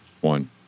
One